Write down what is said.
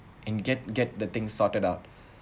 and get get the thing sorted out